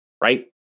right